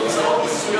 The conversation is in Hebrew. הוא השיג